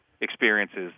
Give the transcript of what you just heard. experiences